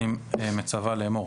אני מצווה לאמור: